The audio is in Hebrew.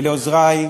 ולעוזרי,